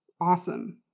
awesome